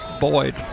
Boyd